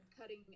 cutting